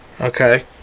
Okay